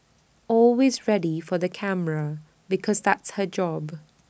always ready for the camera because that's her job